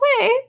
away